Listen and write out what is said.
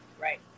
Right